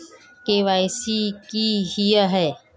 KYC की हिये है?